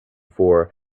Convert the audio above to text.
for